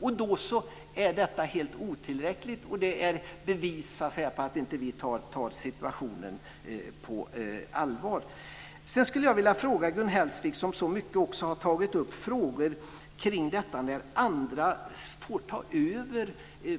Nu säger ni att detta är helt otillräckligt och att det är ett bevis på att vi inte tar situationen på allvar. Gun Hellsvik har också tagit upp detta när andra får ta över